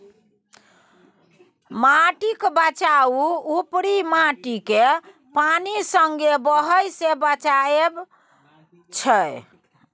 माटिक बचाउ उपरी माटिकेँ पानि संगे बहय सँ बचाएब छै